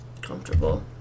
comfortable